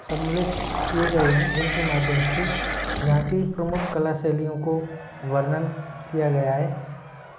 सम्मिलित किए गए हैं जिनके माध्यम से यहाँ की प्रमुख कला शैलियों को वर्णन किया गया है